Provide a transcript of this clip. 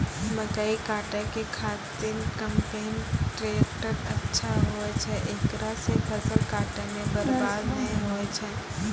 मकई काटै के खातिर कम्पेन टेकटर अच्छा होय छै ऐकरा से फसल काटै मे बरवाद नैय होय छै?